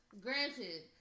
granted